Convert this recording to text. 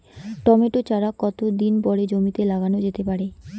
Tomato চারা কতো দিন পরে জমিতে লাগানো যেতে পারে?